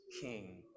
King